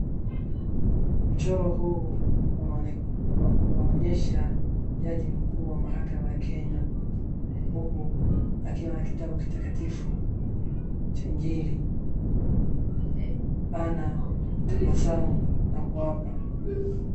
mchoro huu unaonyesha jaji mkuu wa mahakama Kenya, huku akiwa na kitabu takatifu cha injiri ana tabasamu na kuapa.